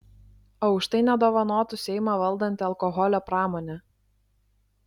o už tai nedovanotų seimą valdanti alkoholio pramonė